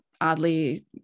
oddly